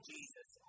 Jesus